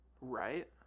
Right